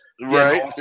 Right